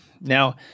Now